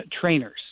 trainers